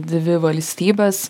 dvi valstybes